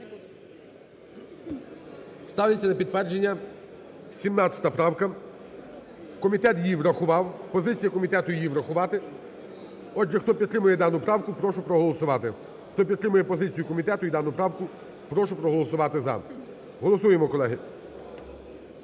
Ставиться на підтвердження 17 правка. Комітет її врахував. Позиція комітету: її врахувати. Отже, хто підтримує дану правку, прошу проголосувати. Хто підтримує позицію комітету і дану правку, прошу проголосувати "за". Голосуємо, колеги.